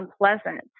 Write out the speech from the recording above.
unpleasant